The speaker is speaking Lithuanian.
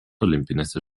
olimpinėse